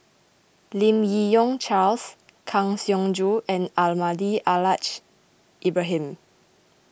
Lim Yi Yong Charles Kang Siong Joo and Almahdi Al Haj Ibrahim